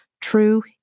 True